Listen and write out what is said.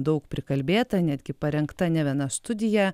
daug prikalbėta netgi parengta ne viena studija